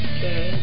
Okay